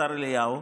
השר אליהו,